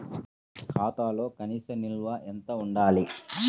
ఖాతాలో కనీస నిల్వ ఎంత ఉండాలి?